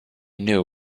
knew